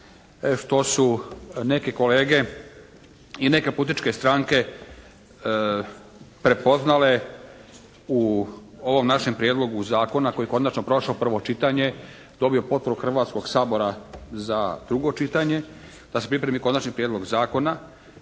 što su neki kolege i neke političke stranke prepoznale u ovom našem prijedlogu zakona koji je konačno prošao prvo čitanje dobio potporu Hrvatskog sabora za drugo čitanje da se pripremi konačni prijedlog zakona,